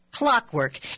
Clockwork